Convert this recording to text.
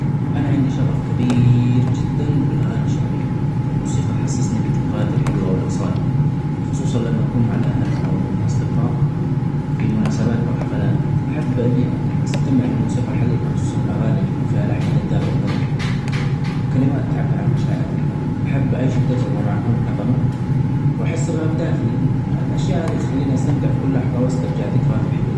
أنا عندي شغف كبيييييييير جدا بالأغاني الشعبية الموسيقي تحسسني بالذكريات الحلوة والأصالة خصوصا لما الأهل أو الأصدقاء في مناسبات أو حفلات أحب إني أستمع للموسيقي الحديثة خصوصا الأغاني اللي يكون فيها لحن جذاب أو كده وكلمات تعبر عن مشاعر وكده ، أحب أعيش التحربة مع كل نغمة ، وأحس بها بداخلي الأشياء هذي تخليني أستمتع بكل لحظة وأسترجع الذكريات الحلوة.